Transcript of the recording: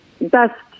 best